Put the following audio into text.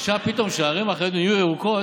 עכשיו, פתאום, כשהערים החרדיות נהיו ירוקות,